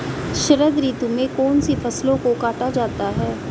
शरद ऋतु में कौन सी फसलों को काटा जाता है?